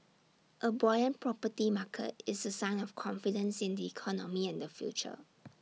A buoyant property market is A sign of confidence in the economy and the future